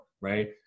right